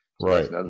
right